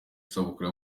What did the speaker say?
isabukuru